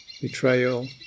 betrayal